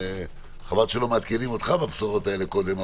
חבל שלא מעדכנים אותך בבשורות האלה קודם.